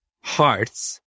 hearts